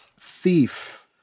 thief